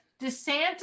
DeSantis